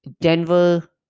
Denver